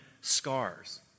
scars